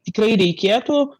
tikrai reikėtų